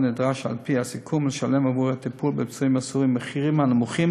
נדרש על-פי הסיכום לשלם עבור הטיפול בפצועים הסורים מחירים הנמוכים